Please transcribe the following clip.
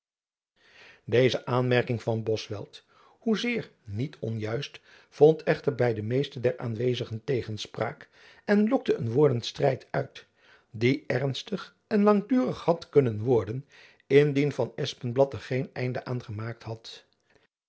deze aanmerking van bosveldt hoezeer niet onjuist vond echter by de meesten der aanwezigen tegenspraak en lokte een woordenstrijd uit die ernstig en langdurig had kunnen worden indien van espenblad er geen einde aan gemaakt had